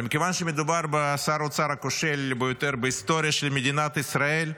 אבל מכיוון שמדובר בשר האוצר הכושל ביותר בהיסטוריה של מדינת ישראל,